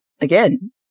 again